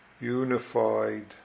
unified